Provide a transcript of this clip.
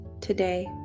today